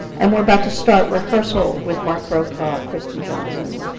and we're about to start rehearsal with mark brokaw, kristen johnston,